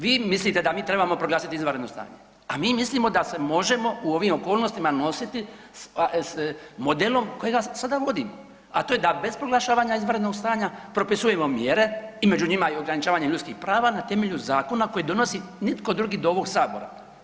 Vi mislite da mi trebamo proglasiti izvanredno stanje, a mi mislimo da se možemo u ovim okolnostima nositi sa modelom kojega sada vodimo, a to je da bez proglašavanja izvanrednoga stanja propisujemo mjere i među njima i ograničavanja ljudskih prava na temelju zakona koji donosi nitko drugi do ovog sabora.